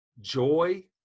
joy